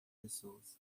pessoas